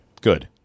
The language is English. good